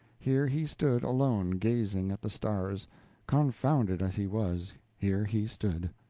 here he stood alone, gazing at the stars confounded as he was, here he stood.